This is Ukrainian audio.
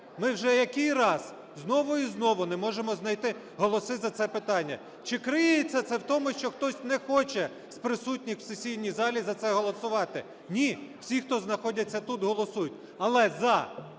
ми вже який раз знову і знову не можемо знайти голоси за це питання. Чи криється це в тому, що хтось не хоче з присутніх в сесійній залі за це голосувати? Ні, всі, хто знаходяться тут, голосують. Але, за